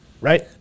right